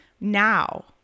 now